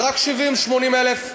ורק 70,000 80,000 ערבים.